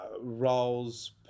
roles